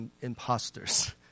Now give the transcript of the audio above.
imposters